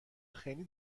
خیلی